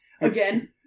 again